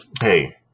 hey